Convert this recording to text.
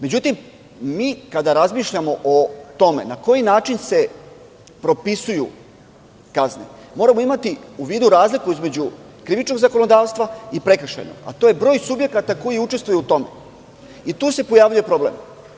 Međutim, mi kada razmišljamo o tome na koji način se propisuju kazne, moramo imati u vidu razliku između krivičnog zakonodavstva i prekršajnog, a to je broj subjekata koji učestvuju u tom i tu se pojavljuje problem.